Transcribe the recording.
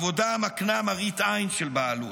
עבודה המקנה מראית עין של בעלות.